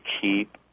keep